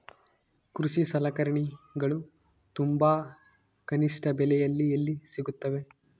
ಕೃಷಿ ಸಲಕರಣಿಗಳು ತುಂಬಾ ಕನಿಷ್ಠ ಬೆಲೆಯಲ್ಲಿ ಎಲ್ಲಿ ಸಿಗುತ್ತವೆ?